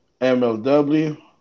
MLW